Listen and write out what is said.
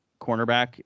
cornerback